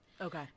Okay